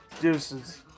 Deuces